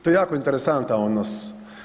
To je jako interesantan odnos.